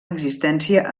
existència